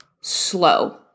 slow